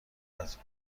قطع